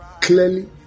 clearly